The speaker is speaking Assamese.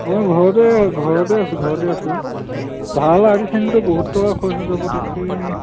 মই ঘৰতে ঘৰতে আছোঁ ঘৰতে আছোঁ ভাল আৰ্টিষ্ট আনিলেতো বহুত টকা খৰচা হৈ যাব তাকে